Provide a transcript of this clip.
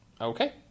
Okay